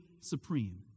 supreme